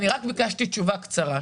ביקשתי רק תשובה קצרה.